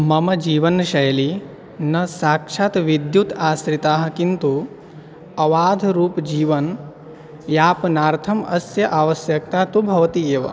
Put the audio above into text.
मम जीवनशैली न साक्षात् विद्युताश्रिता किन्तु अवाधरूपजीवनं यापनार्थम् अस्य आवश्यकता तु भवति एव